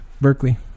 Berkeley